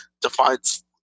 defines